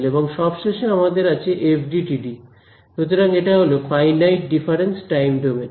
এবং সবশেষে আমাদের আছে এফডিটিডি সুতরাং এটা হল ফাইনাইট ডিফারেন্স টাইম ডোমেন